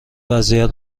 وضعیت